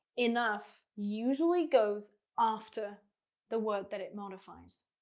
enough usually goes after the word that it modifies.